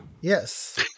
Yes